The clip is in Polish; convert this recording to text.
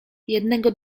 jednego